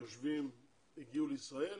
הגיעו לישראל